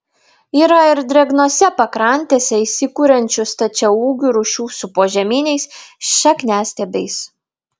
yra ir drėgnose pakrantėse įsikuriančių stačiaūgių rūšių su požeminiais šakniastiebiais